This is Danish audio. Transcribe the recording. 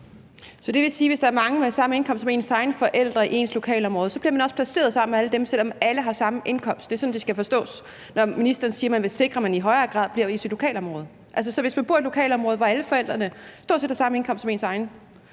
Så det vil sige, at hvis der er mange med forældre med samme indkomst som ens egne forældre i ens lokalområde, bliver man også placeret sammen med alle dem, selv om alle har samme indkomst. Er det sådan, det skal forstås, når ministeren siger, at man vil sikre, at man i højere grad bliver i sit lokalområde? Så hvis man bor i et lokalområde, hvor alle forældrene stort set har samme indkomst som ens egne